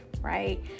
right